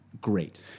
Great